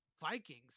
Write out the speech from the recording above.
Vikings